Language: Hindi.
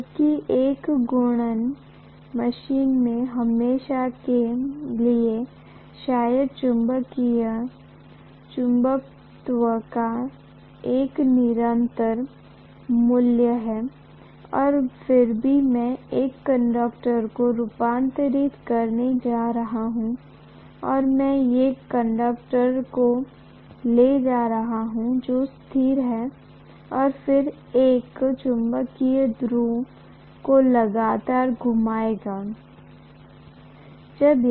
जबकि एक घूर्णन मशीन में हमेशा के लिए शायद चुंबकत्व का एक निरंतर मूल्य है और फिर मैं एक कंडक्टर को स्थानांतरित करने जा रहा हूं और मैं ये एक कंडक्टर को ले जा रहा हूं जो स्थिर है और फिर एक चुंबकीय ध्रुव को लगातार घुमाएं